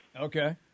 Okay